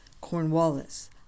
Cornwallis